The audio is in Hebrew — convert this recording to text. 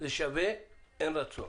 זה שווה לאין רצון.